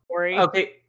Okay